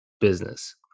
business